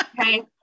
Okay